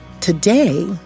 Today